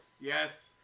Yes